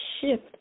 shift